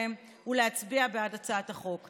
ולהצביע בעד הצעת החוק.